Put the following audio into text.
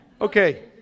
Okay